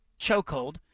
chokehold